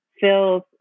feels